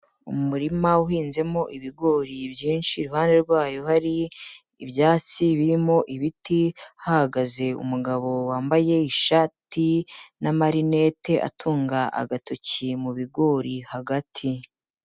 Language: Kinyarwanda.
Umurima uhinzemo ibigori byinshi, iruhande rwayo hari ibyatsi birimo ibiti, hahagaze umugabo wambaye ishati n'amarinete atunga agatoki mu bigori hagati.